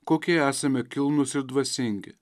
kokie esame kilnūs ir dvasingi